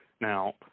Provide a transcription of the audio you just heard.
Now